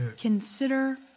Consider